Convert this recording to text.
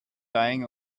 lying